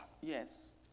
Yes